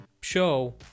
show